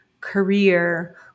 career